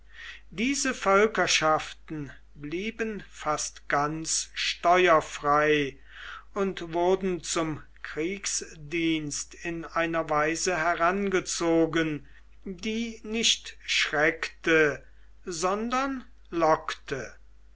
diese völkerschaften blieben fast ganz steuerfrei und wurden zum kriegsdienst in einer weise herangezogen die nicht schreckte sondern lockte